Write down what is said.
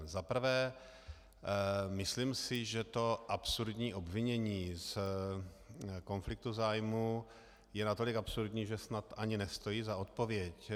Za prvé si myslím, že to absurdní obvinění z konfliktu zájmů je natolik absurdní, že snad ani nestojí za odpověď.